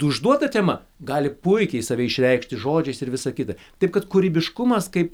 užduota tema gali puikiai save išreikšti žodžiais ir visa kita tik kad kūrybiškumas kaip